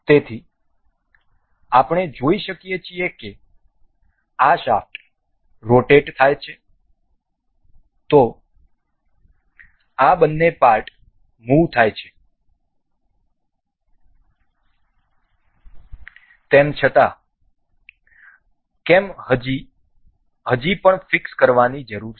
તેથી આપણે જોઈ શકીએ છીએ કે આ શાફ્ટ રોટેટ થાય છે તો આ બધા પાર્ટ મુવ થાય છે તેમ છતાં કેમ હજી પણ ફીક્સ કરવાની જરૂર છે